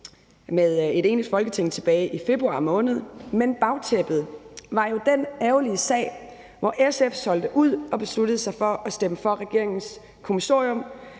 af et enigt Folketing tilbage i februar måned, men bagtæppet var jo den ærgerlige sag, hvor SF solgte ud og besluttede sig for at stemme for regeringens kommissorium